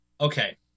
Okay